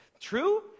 true